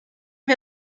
wir